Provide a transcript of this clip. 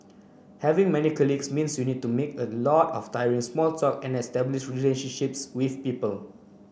having many colleagues means you need to make a lot of tiring small talk and establish relationships with people